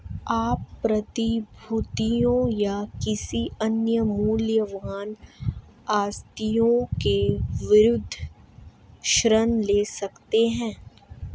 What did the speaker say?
आप प्रतिभूतियों या किसी अन्य मूल्यवान आस्तियों के विरुद्ध ऋण ले सकते हैं